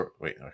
wait